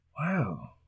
Wow